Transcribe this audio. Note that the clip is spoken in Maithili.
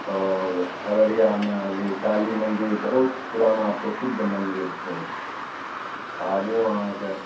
आओर अररियामे भी काली मन्दिर बहुत पुराना प्रसिद्ध मन्दिर छै आबु अहाँके